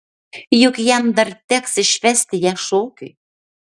juk jam dar teks išvesti ją šokiui